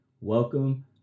Welcome